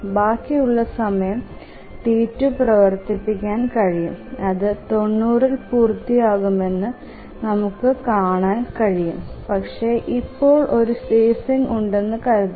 ബാക്കിയുള്ള സമയം T2 പ്രവർത്തിപ്പിക്കാൻ കഴിയും അത് 90 ൽ പൂർത്തിയാകുമെന്ന് നമുക്ക് കാണാൻ കഴിയും പക്ഷേ ഇപ്പോൾ ഒരു ഫേസിങ് ഉണ്ടെന്ന് കരുതുക